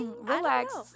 Relax